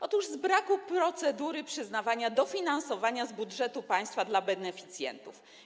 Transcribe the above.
Otóż wynika to z braku procedury przyznawania dofinansowania z budżetu państwa dla beneficjentów.